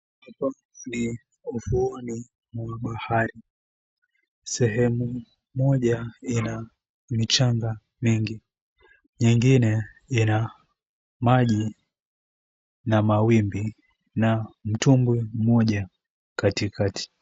Hapa ni ufuoni mwa bahari, sehemu moja ina mchanga mingi nyingine ina maji na mawimbi na mtungi moja katikati.